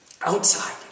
outside